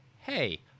hey